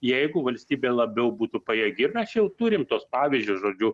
jeigu valstybė labiau būtų pajėgi mes čia jau turim tuos pavyzdžius žodžiu